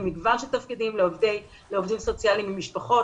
למגוון של תפקידים לעובדים סוציאליים עם משפחות,